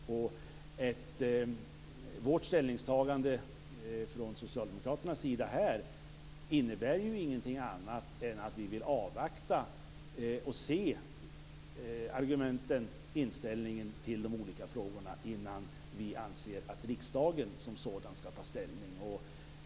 Socialdemokraternas ställningstagande här innebär ju inget annat än att vi vill avvakta och se argumenten och inställningen till de olika frågorna innan vi anser att riksdagen som sådan skall ta ställning.